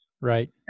right